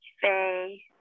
Faye